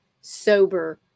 sober